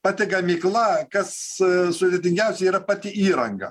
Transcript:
pati gamykla kas sudėtingiausia yra pati įranga